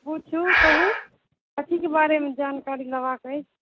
जी ठीक पुछू कथीक बारेमे जानकारी लेबाक अहि